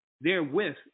therewith